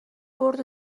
برد